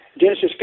Genesis